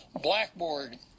blackboard